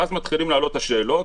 ואז מתחילות לעלות השאלות,